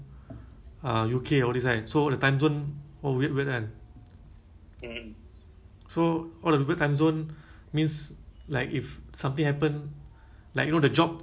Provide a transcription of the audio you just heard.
ya then their working hours until our six A_M [what] so actually our system right is twenty four hours live you know up because off on tues [what] I think there's only one period that